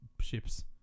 ships